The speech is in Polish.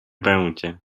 będzie